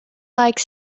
like